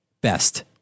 Best